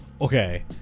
Okay